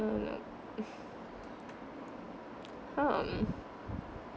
mm hmm